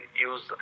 use